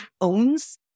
owns